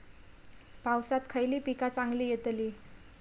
पावसात खयली पीका चांगली येतली?